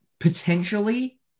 potentially